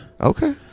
Okay